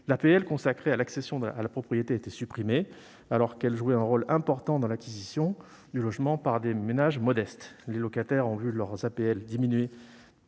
APL consacrées à l'accession à la propriété ont été supprimées, alors qu'elles jouaient un rôle important dans l'acquisition de logement par des ménages modestes. Les locataires ont vu leurs APL diminuer